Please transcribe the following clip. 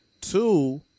Two